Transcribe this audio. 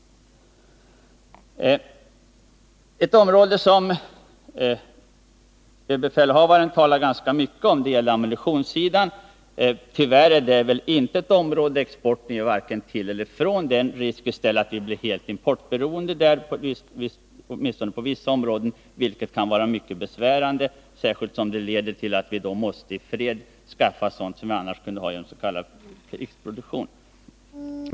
Något som överbefälhavaren talar ganska mycket om är ammunitionssidan. Tyvärr är väl det ett område där exporten gör varken till eller ifrån. Det är i stället risk för att vi blir helt importberoende, åtminstone på vissa punkter. Och det kan vara mycket besvärande, särskilt som det leder till att vi i fred måste skaffa sådant som vi annars kunde få genom s.k. krigsproduktion.